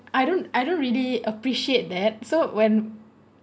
I don't I don't really appreciate that so when